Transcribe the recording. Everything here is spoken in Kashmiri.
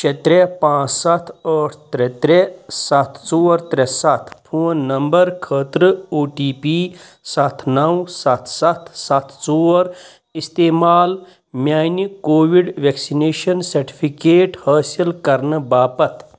شےٚ ترٛےٚ پانٛژھ سَتھ ٲٹھ ترٛےٚ ترٛےٚ سَتھ ژور ترٛےٚ سَتھ فون نمبرٕ خٲطرٕ او ٹی پی سَتھ نَو سَتھ سَتھ سَتھ ژور استعمال میٛانہِ کووِڑ ویٚکسِنیٚشن سرٹیفکیٹ حٲصِل کرنہٕ باپتھ